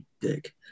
dick